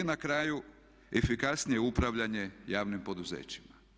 I na kraju efikasnije upravljanje javnim poduzećima.